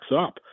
up